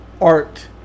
art